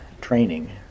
training